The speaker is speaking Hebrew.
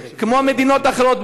כמו מדינות אחרות,